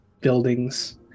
buildings